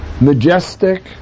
majestic